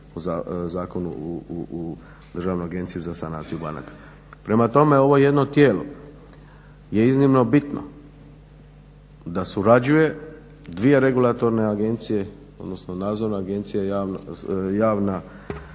po zakonu o Državnoj agenciji za sanaciju banaka. Prema tome, ovo jedno tijelo je iznimno bitno da surađuje dvije regulatorne agencije odnosno nadzorna agencija sa